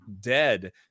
dead